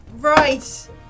Right